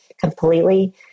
completely